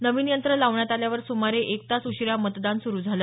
नवीन यंत्र लावण्यात आल्यावर सुमारे एक तास उशीरा मतदान सुरु झालं